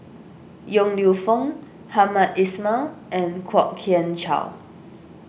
Yong Lew Foong Hamed Ismail and Kwok Kian Chow